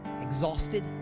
Exhausted